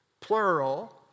plural